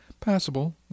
Passable